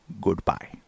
Goodbye